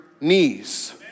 knees